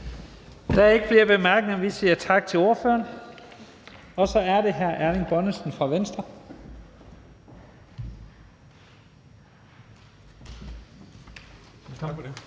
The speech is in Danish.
Der er ikke flere korte bemærkninger. Vi siger tak til ordføreren. Så er det hr. Erling Bonnesen fra Venstre.